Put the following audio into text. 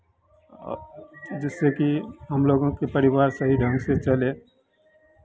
और जिससे कि हम लोगों के परिवार सही ढंग से चले